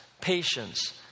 patience